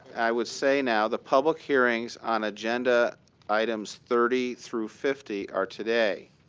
i would say now the public hearings on agenda items thirty through fifty are today.